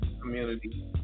community